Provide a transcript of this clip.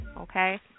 Okay